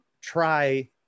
try